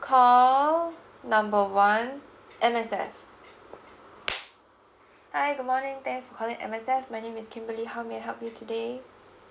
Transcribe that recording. call number one M_S_F hi good morning thanks for calling M_S_F my name is kimberly how may I help you today